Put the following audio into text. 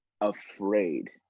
afraid